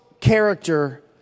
character